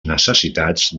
necessitats